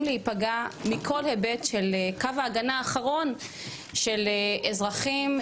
להיפגע מכל היבט של קו ההגנה האחרון של אזרחים,